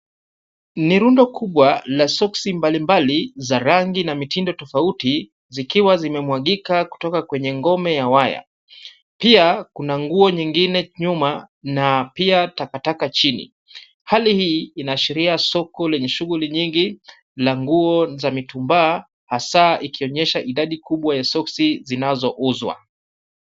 Ni rundo kubwa la soksi mbalimbali za rangi na mitindo tofauti zikiwa zimemwagika kutoka kwenye ngome ya waya. Pia kuna nguo nyingine nyuma na pia takataka chini. Hali hii inaashiria soko lenye shughuli nyingi la nguo za mitumba hasa ikionyesha idadi kubwa ya soksi zinazouzwa.